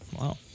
Wow